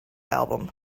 album